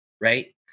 right